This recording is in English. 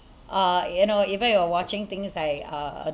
uh you know even if you're watching things like uh